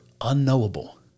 unknowable